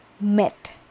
met